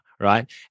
right